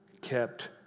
kept